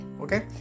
okay